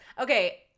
Okay